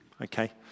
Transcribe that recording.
okay